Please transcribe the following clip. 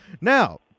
Now